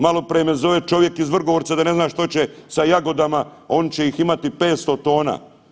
Maloprije me zove čovjek iz Vrgorca ne zna šta će sa jagodama oni će ih imati 500 tona.